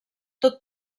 tot